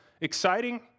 Exciting